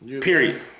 Period